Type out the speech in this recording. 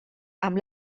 amb